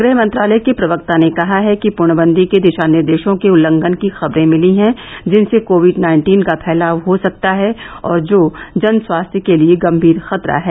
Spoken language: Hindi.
गृह मंत्रालय के प्रवक्ता ने कहा है कि पूर्णबंदी के दिशा निर्देशों के उल्लंघन की खबरे मिली हैं जिनसे कोविड नाइन्टीन का फैलाव हो सकता है और जो जन स्वास्थ्य के लिए गंभीर खतरा है